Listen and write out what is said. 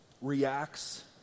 reacts